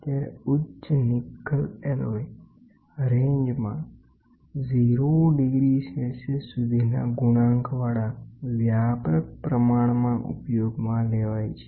જ્યારે ઉચ્ચ nickel alloy રેન્જમાં 0 ડિગ્રી સેલ્સિયસ સુધીના ગુણાંકવાળા વ્યાપક પ્રમાણમાં ઉપયોગમાં લેવાય છે